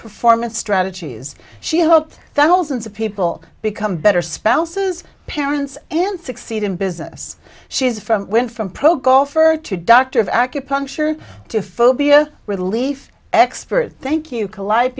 performance strategies she helped thousands of people become better spouses parents and succeed in business she's from went from pro golf her to doctor of acupuncture to phobia relief expert thank you calli